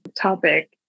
topic